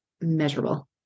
measurable